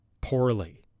poorly